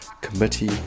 committee